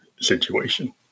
situation